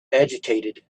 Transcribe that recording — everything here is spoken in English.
agitated